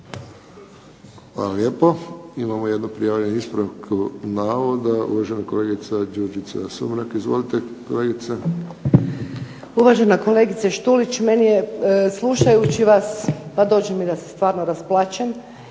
Hvala lijepo. Imamo jednu prijavljenu ispravku navoda, uvažena kolegica Đurđica Sumrak. Izvolite kolegice. **Sumrak, Đurđica (HDZ)** Uvažena kolegice Škulić, meni je slušajući vas, pa dođe mi da se stvarno rasplačem,